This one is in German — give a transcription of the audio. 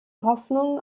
hoffnung